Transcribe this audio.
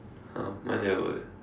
!huh! mine never eh